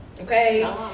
Okay